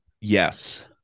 Yes